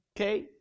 okay